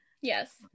Yes